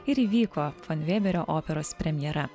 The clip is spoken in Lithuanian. ir įvyko fan vėberio operos premjera